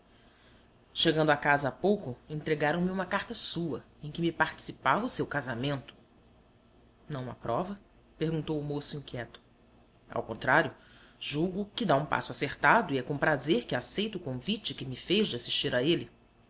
chegando à casa há pouco entregaram me uma carta sua em que me participava o seu casamento não o aprova perguntou o moço inquieto ao contrário julgo que dá um passo acertado e é com prazer que aceito o convite que me fez de assistir a ele